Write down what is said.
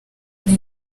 ari